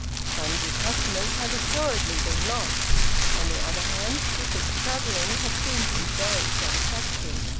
sundry customers had assuredly been lost on the other hand, stifford's travelling had seemed to be very satisfactory.